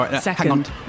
Second